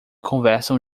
conversam